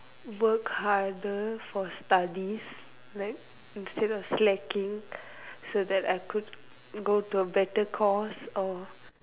work harder for studies like instead of slacking so that I could go to a better course or